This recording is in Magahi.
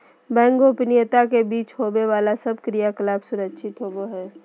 बैंक गोपनीयता के बीच होवे बाला सब क्रियाकलाप सुरक्षित होवो हइ